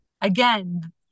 Again